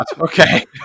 Okay